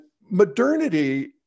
modernity